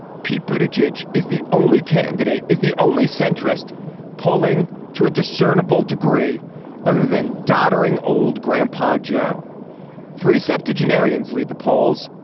pete. a but judge is the only candidate is the only centrist pulling to a discernable degree other than doddering old grandpa joe three septuagenarians lead the polls.